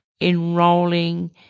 enrolling